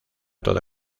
toda